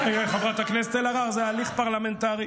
חברת הכנסת אלהרר, זה הליך פרלמנטרי.